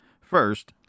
First